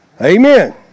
Amen